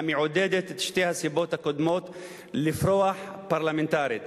המעודדת את שתי הסיבות הקודמות "לפרוח" פרלמנטרית.